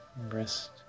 wrist